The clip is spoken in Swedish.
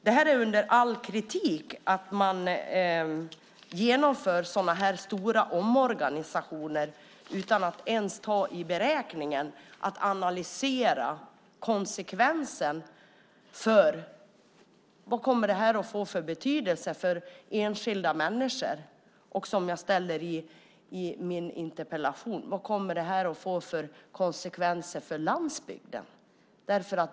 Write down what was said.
Det är under all kritik att man genomför sådana här stora omorganisationer utan att ens ta i beräkningen en analys av konsekvenserna. Vad kommer det här att få för betydelse för enskilda människor? Och, som jag tar upp i min interpellation, vad kommer det här att få för konsekvenser för landsbygden?